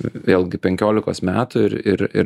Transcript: vėlgi penkiolikos metų ir ir ir